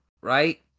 right